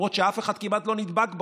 למרות שאף אחד כמעט לא נדבק בחוץ.